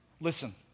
Listen